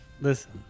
Listen